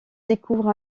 découvre